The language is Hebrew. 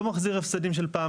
לא מחזיר על הפסדי עבר.